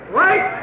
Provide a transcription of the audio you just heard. right